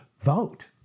Vote